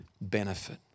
benefit